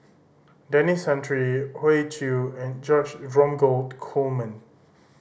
Denis Santry Hoey Choo and George Dromgold Coleman